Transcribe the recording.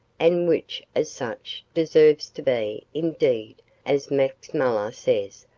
and which, as such, deserves to be, indeed, as max muller says,